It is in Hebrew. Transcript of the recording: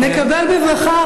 נקבל בברכה,